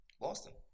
Boston